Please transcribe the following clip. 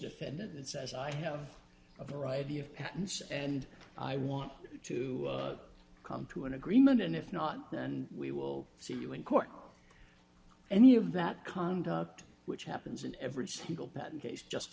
defendant that says i have a variety of patents and i want to come to an agreement and if not then we will see you in court any of that conduct which happens in every single patent case just